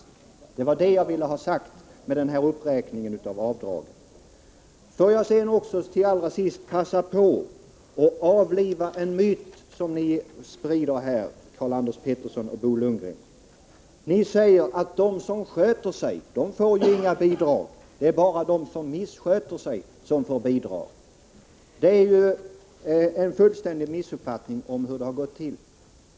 Det var detta jag ville ha sagt med uppräkningen av avdrag. Låt mig sedan allra sist passa på att avliva en myt som Karl-Anders Petersson och Bo Lundgren sprider här. Ni säger att de som sköter sig får inga bidrag, utan det är bara de som missköter sig som får bidragen. Det är en fullständig missuppfattning i fråga om hur det har gått till.